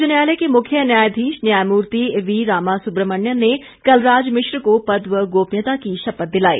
उच्च न्यायालय के मुख्य न्यायाधीश न्यायमूर्ति वी रामासुब्रमण्यन ने कलराज मिश्र को पद व गोपनीयता की शपथ दिलाई